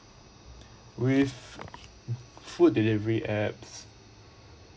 with food delivery apps